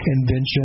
invention